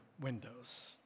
windows